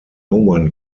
one